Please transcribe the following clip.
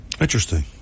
Interesting